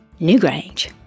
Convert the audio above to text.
Newgrange